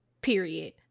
period